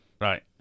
right